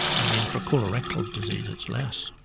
i mean for colorectal disease it's less,